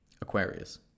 Aquarius